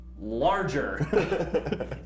larger